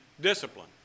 discipline